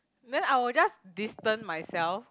then I will just distant myself